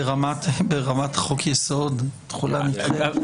ברמת חוק יסוד תחולה נדחית?